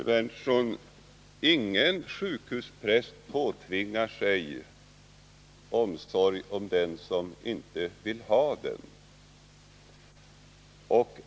Herr talman! Ingen sjukhuspräst påtvingar någon en omsorg som vederbörande inte vill ha, herr Berndtson.